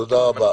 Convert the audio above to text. תודה רבה.